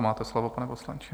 Máte slovo, pane poslanče.